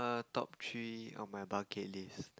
top three on my bucket list